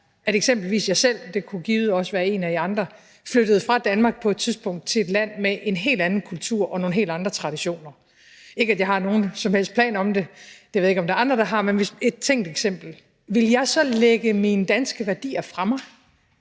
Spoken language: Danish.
at eksempelvis jeg selv, eller det kunne givetvis også være en af jer andre, flyttede fra Danmark på et tidspunkt til et land med en helt anden kultur og nogle helt andre traditioner – ikke, at jeg har nogen som helst planer om det; det ved jeg ikke om der er andre der har, men det er et tænkt eksempel – ville jeg så lægge mine danske værdier fra mig,